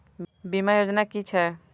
बीमा योजना कि छिऐ?